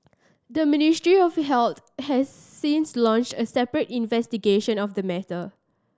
the Ministry of Health has since launched a separate investigation of the matter